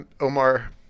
Omar